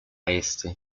este